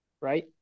right